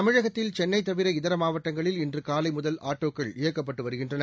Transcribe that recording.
தமிழகத்தில் சென்னை தவிர இதர மாவட்டங்களில் இன்று காலை முதல் ஆட்டோக்கள் இயக்கப்பட்டு வருகின்றன